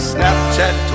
Snapchat